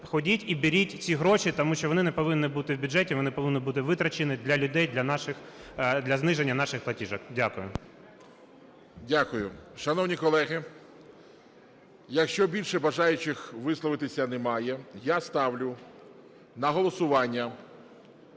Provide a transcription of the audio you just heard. Ходіть і беріть ці гроші, тому що вони не повинні бути в бюджеті, вони повинні бути витрачені для людей, для зниження наших платіжок. Дякую. ГОЛОВУЮЧИЙ. Дякую. Шановні колеги, якщо більше бажаючих висловитись немає, я ставлю на голосування